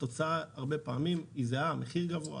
התוצאה הרבה פעמים היא זהה המחיר גבוה.